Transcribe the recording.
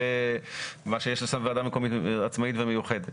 מה שעושה ועדה עצמאית ומיוחדת.